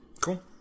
Cool